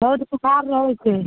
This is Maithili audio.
बहुत बोखार रहै छै